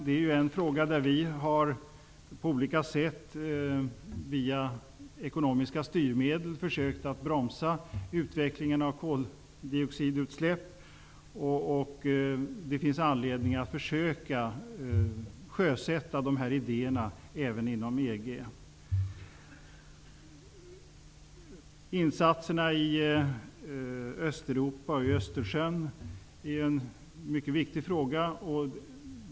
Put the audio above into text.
Det är en fråga där vi genom att använda ekonomiska styrmedel har försökt att bromsa utvecklingen av koldioxidutsläpp. Det finns anledning att försöka sjösätta dessa idéer även inom EG. Insatserna i Östeuropa och i Östersjön är en mycket viktig fråga.